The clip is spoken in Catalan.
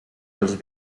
els